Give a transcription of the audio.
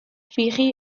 fiji